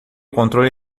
controle